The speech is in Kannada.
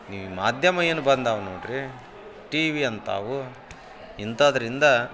ಈ ಮಾಧ್ಯಮ ಏನು ಬಂದಾವೆ ನೋಡಿರಿ ಟಿವಿ ಅಂಥವು ಇಂಥದ್ದರಿಂದ